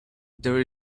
there